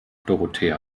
dorothea